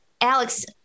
Alex